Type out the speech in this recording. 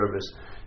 service